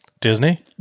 Disney